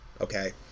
Okay